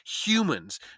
humans